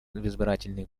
избирательных